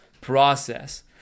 process